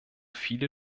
viele